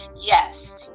Yes